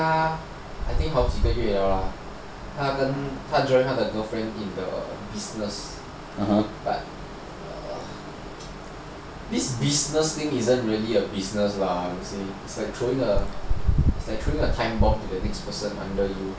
他 I think 好几个月了他 join 他的 girlfriend in a business but err this business isn't really a business lah I would say is like throwing a time bomb to the next person